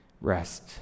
Rest